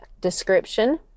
description